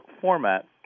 format